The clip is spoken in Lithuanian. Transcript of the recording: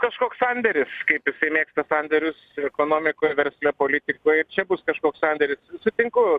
kažkoks sandėris kaip jisai mėgsta sandėrius ekonomikoj versle politikoj ir čia bus kažkoks sandėris sutinku